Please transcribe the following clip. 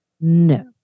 No